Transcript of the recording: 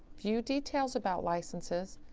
view details about licenses,